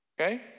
Okay